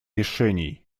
решений